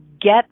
get